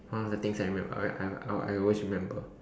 one of the things I remember I I I will always remember